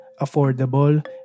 affordable